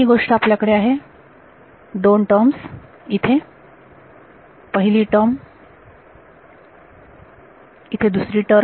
एक गोष्ट आपल्याकडे आहे दोन टर्म इथे पहिली टर्म इथे दुसरी टर्म